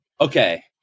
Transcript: okay